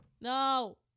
No